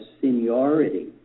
seniority